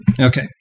Okay